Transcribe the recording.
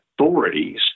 authorities